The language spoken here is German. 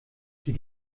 die